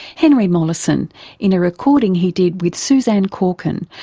henry molaison in a recording he did with suzanne corkin,